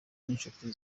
n’inshuti